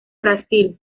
brasil